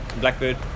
Blackbird